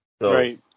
Right